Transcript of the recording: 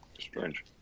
Strange